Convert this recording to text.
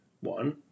one